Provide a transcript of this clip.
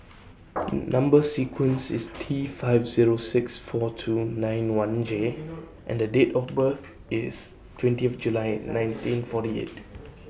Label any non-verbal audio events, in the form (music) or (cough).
(noise) Number sequence IS T five Zero six four two nine one J and The Date of birth IS twentieth July nineteen forty eight